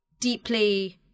deeply